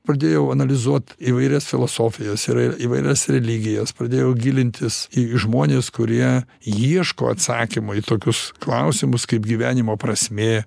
pradėjau analizuot įvairias filosofijas ir įvairias religijas pradėjau gilintis į žmones kurie ieško atsakymo į tokius klausimus kaip gyvenimo prasmė